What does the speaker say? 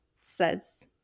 says